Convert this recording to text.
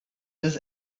this